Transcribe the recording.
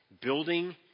Building